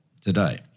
today